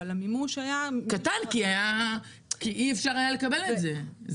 המימוש היה --- היה קטן כי אי אפשר היה לקבל את זה.